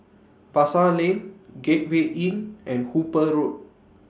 Pasar Lane Gateway Inn and Hooper Road